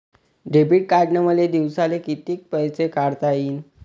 Debit कार्डनं मले दिवसाले कितीक पैसे काढता येईन?